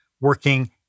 working